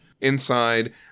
Inside